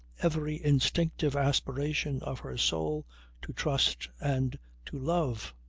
every instinctive aspiration of her soul to trust and to love.